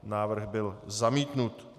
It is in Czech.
Návrh byl zamítnut.